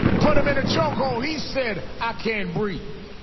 put him in a chokehold. he said, i can't breathe.